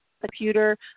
computer